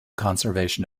conservation